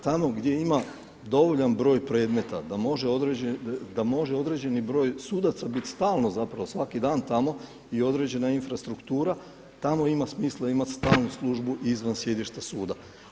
Tamo gdje ima dovoljan broj predmeta da može određeni broj sudaca bit stalno zapravo svaki dan tamo i određena infrastruktura, tamo ima smisla imat stalnu službu i izvan sjedišta suda.